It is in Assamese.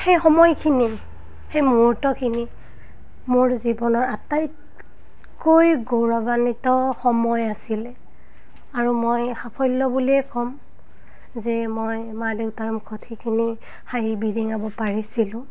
সেই সময়খিনি সেই মুহূৰ্তখিনি মোৰ জীৱনৰ আটাইতকৈ গৌৰৱান্বিত সময় আছিলে আৰু মই সাফল্য বুলিয়ে ক'ম যে মই মা দেউতাৰ মুখত সেইখিনি হাঁহি বিৰিঙাব পাৰিছিলোঁ